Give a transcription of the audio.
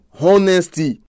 honesty